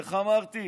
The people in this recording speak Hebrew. איך אמרתי?